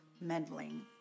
meddling